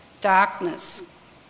darkness